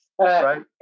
Right